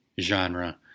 genre